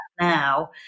now